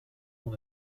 mon